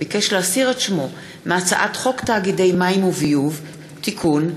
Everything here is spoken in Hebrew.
הצעת חוק הסדרים במשק המדינה (תיקוני חקיקה להשגת יעדי התקציב) (תיקון,